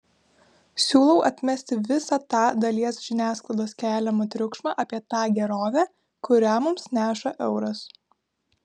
siūlau atmesti visą tą dalies žiniasklaidos keliamą triukšmą apie tą gerovę kurią mums neša euras